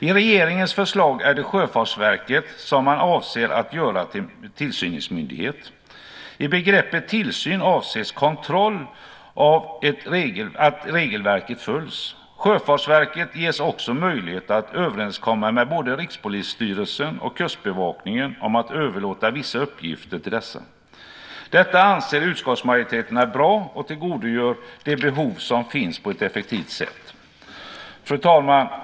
I regeringens förslag är det Sjöfartsverket som man avser att göra till tillsynsmyndighet. Med begreppet tillsyn avses kontroll av att regelverket följs. Sjöfartsverket ges också möjlighet att överenskomma med både Rikspolisstyrelsen och Kustbevakningen om att överlåta vissa uppgifter till dessa. Detta anser utskottsmajoriteten är bra och tillgodoser de behov som finns på ett effektivt sätt. Fru talman!